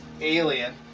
alien